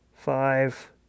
Five